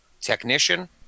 technician